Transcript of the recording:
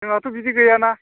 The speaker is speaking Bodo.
जोंहाथ' बिदि गैयाना